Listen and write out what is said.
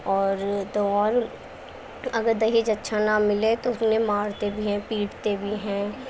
اور تو اور اگر دہیج اچھا نہ ملے تو اس میں مارتے بھی ہیں پیٹتے بھی ہیں